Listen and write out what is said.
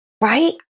Right